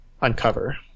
uncover